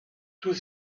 tous